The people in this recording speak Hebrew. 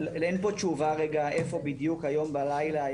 אין פה תשובה רגע איפה בדיוק היום בלילה,